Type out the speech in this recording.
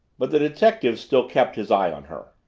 but the detective still kept his eye on her.